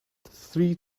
three